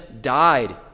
died